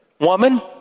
woman